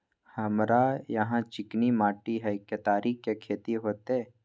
हमरा यहाँ चिकनी माटी हय केतारी के खेती होते?